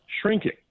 shrinking